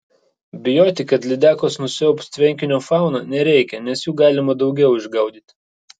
bijoti kad lydekos nusiaubs tvenkinio fauną nereikia nes jų galima daugiau išgaudyti